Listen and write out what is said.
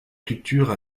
culture